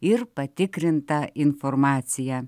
ir patikrintą informaciją